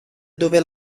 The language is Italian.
dove